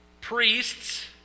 Priests